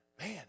Man